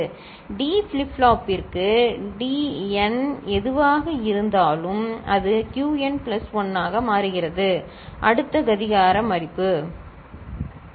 D flip பிளாப்பிற்கு D N எதுவாக இருந்தாலும் அது கியூஎன் பிளஸ் 1 ஆக மாறுகிறது அடுத்த கடிகார மதிப்பு சரி